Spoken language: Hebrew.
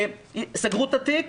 וסגרו את התיק.